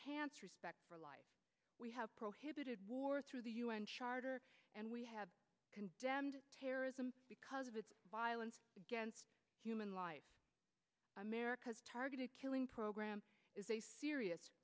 enhance respect for life we have prohibited war through the un charter and we have condemned terrorism because of the violence against human life america's targeted killing program is a serious